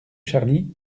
charny